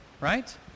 right